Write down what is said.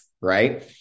right